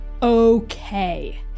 okay